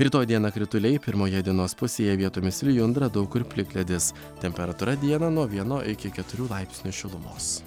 rytoj dieną krituliai pirmoje dienos pusėje vietomis lijundra daug kur plikledis temperatūra dieną nuo vieno iki keturių laipsnių šilumos